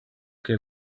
que